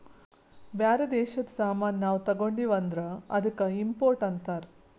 ಬ್ಯಾರೆ ದೇಶದು ಸಾಮಾನ್ ನಾವು ತಗೊಂಡಿವ್ ಅಂದುರ್ ಅದ್ದುಕ ಇಂಪೋರ್ಟ್ ಅಂತಾರ್